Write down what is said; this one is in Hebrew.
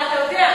אבל אתה יודע,